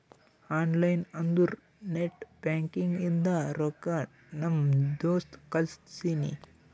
online ಅಂದುರ್ net banking ಇಂದ ರೊಕ್ಕಾ ನಮ್ ದೋಸ್ತ್ ಕಳ್ಸಿನಿ